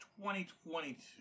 2022